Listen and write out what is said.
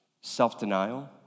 self-denial